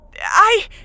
I-